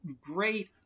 great